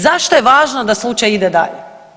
Zašto je važno da slučaj ide dalje?